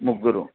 ముగ్గురు